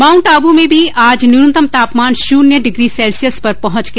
माउंटआबू में भी आज न्यूनतम तापमान शून्य डिग्री सैल्सियस पर पहुंच गया